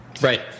right